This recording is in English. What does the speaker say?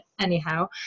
anyhow